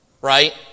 Right